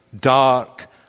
dark